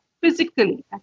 physically